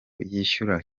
yishyura